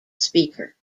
speaker